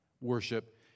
worship